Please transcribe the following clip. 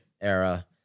era